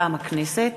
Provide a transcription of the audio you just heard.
מטעם הכנסת: